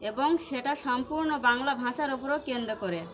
এবং সেটা সম্পূর্ণ বাংলা ভাষার ওপরও কেন্দ্র করে